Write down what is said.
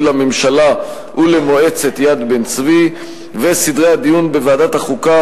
לממשלה ולמועצת "יד בן-צבי"; וסדרי הדיון בוועדת החוקה,